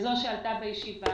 זו שעלתה בישיבה.